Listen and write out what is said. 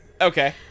Okay